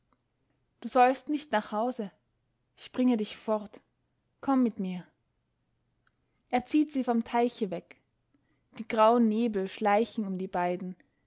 du sollst nicht nach hause ich bringe dich fort komm mit mir er zieht sie vom teiche weg die grauen nebel schleichen um die beiden